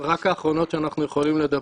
רק האחרונות שאנחנו יכולים לדבר.